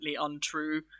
untrue